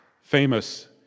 famous